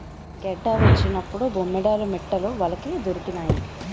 గెడ్డ వచ్చినప్పుడు బొమ్మేడాలు మిట్టలు వలకి దొరికినాయి